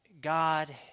God